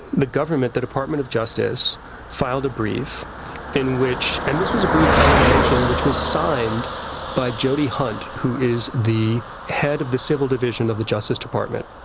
the government, the department of justice filed a brief in which. and this was a brief i want to mention, which was signed by jody hunt, who is the head of the civil division of the justice department.